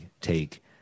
take